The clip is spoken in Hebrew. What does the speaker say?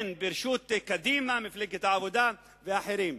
כן, בראשות קדימה, מפלגת העבודה ואחרים.